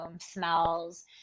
smells